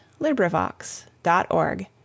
LibriVox.org